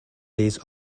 these